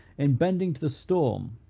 in bending to the storm,